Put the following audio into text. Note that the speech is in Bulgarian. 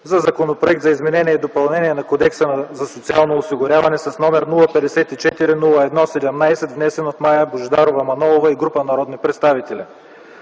за Законопроект за изменение и допълнение на Кодекса за социално осигуряване, № 054-01-17, внесен от Мая Божидарова Манолова и група народни представители